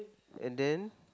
and then